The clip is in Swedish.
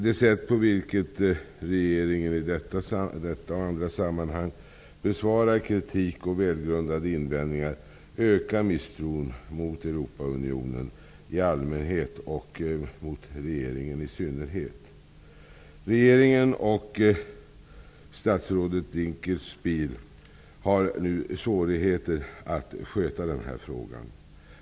Det sätt på vilket regeringen i detta och andra sammanhang besvarar kritik och välgrundade invändningar ökar misstron mot Europaunionen i allmänhet och mot regeringen i synnerhet. Regeringen och statsrådet Dinkelspiel har nu svårigheter att sköta denna fråga.